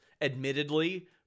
admittedly